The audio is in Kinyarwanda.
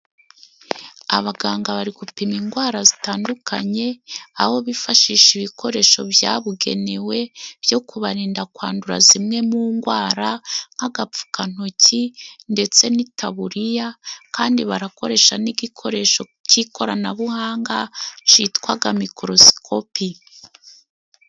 Abaganga bari gupima ingwara zitandukanye aho bifashisha ibikoresho byayabugenewe byo kubarinda kwandura zimwe mu ngwara nk'agapfukantoki ndetse n'itaburiya, kandi barakoresha n'igikoresho k'ikoranabuhanga citwaga mikorosikopi.